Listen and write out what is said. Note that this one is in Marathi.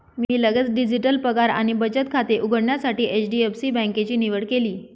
मी लगेच डिजिटल पगार आणि बचत खाते उघडण्यासाठी एच.डी.एफ.सी बँकेची निवड केली